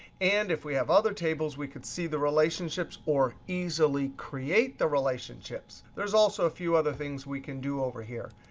and if we have other tables, we could see the relationships or easily create the relationships. there's also a few other things we can do over here.